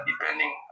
depending